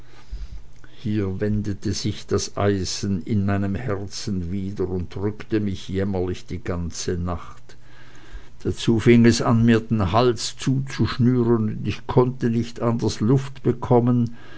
hier wendete sich das eisen wieder in meinem herzen und drückte mich jämmerlich die ganze nacht dazu fing es an mir den hals zuzuschnüren und ich konnte nicht anders luft bekommen